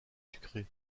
sucrée